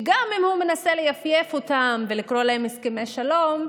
גם אם הוא מנסה ליפייף אותם ולקרוא להם "הסכמי שלום",